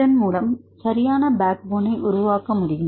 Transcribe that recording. இதன் மூலம் சரியான பேக் போனை உருவாக்க முடியும்